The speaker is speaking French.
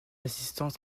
assistants